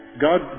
God